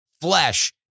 flesh